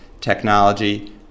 technology